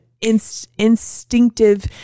instinctive